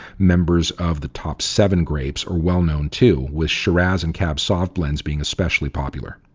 members of the top seven grapes, are well known, too, with shiraz and cab sauv blends being especially popular.